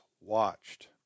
watched